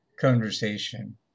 conversation